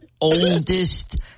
oldest